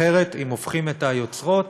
אחרת, אם הופכים את היוצרות,